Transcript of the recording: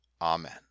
Amen